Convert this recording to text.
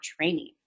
training